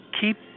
keep